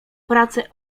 pracę